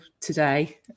today